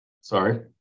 Sorry